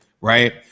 right